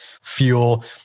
fuel